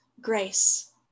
grace